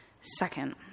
Second